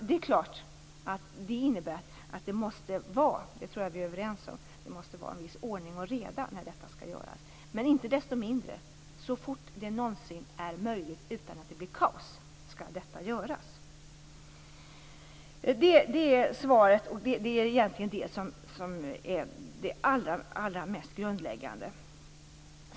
Det är klart att det innebär att det måste vara en viss ordning och reda när detta skall göras. Det tror jag att vi är överens om. Men inte desto mindre skall detta göras så fort som det är möjligt utan att det blir kaos. Det är svaret och detta är egentligen det som är allra mest grundläggande.